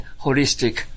holistic